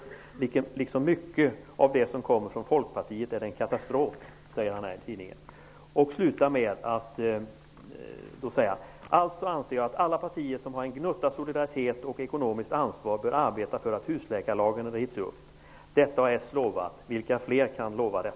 Liksom mycket av det som kommer från folkpartiet är det en katastrof''. Håkan Unnegård slutar med att skriva: ''Alltså anser jag att alla partier som har en gnutta solidaritet och ekonomiskt ansvar bör arbeta för att husläkarlagen rivs upp. Detta har lovat. Vilka fler kan göra det?''